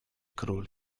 król